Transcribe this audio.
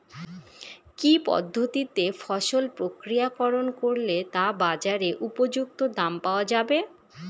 কি পদ্ধতিতে ফসল প্রক্রিয়াকরণ করলে তা বাজার উপযুক্ত দাম পাওয়া যাবে?